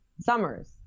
summers